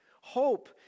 Hope